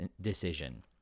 decision